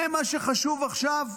זה מה שחשוב עכשיו?